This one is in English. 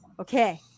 Okay